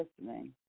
listening